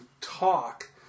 talk